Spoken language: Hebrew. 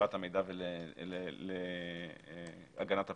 לשמירת המידע ולהגנת הפרטיות.